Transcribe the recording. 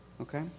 Okay